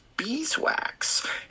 beeswax